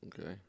Okay